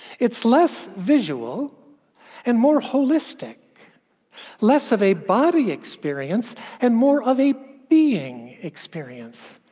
it's less visual and more holistic less of a body experience and more of a being experience.